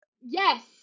Yes